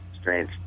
strange